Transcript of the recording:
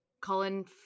colin